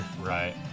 right